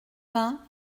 vingts